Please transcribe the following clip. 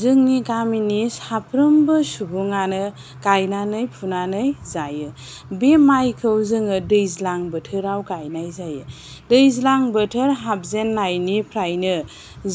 जोंनि गामिनि साफ्रोमबो सुबुङानो गायनानै फुनानै जायो बे माइखौ जोङो दैज्लां बोथोराव गायनाय जायो दैज्लां बोथोर हाबजेन्नायनिफ्रायनो